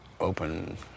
open